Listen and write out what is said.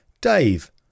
Dave